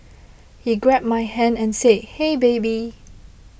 he grabbed my hand and said hey baby